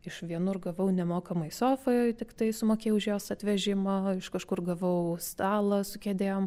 iš vienur gavau nemokamai sofą tiktai sumokėjau už jos atvežimą iš kažkur gavau stalą su kėdėm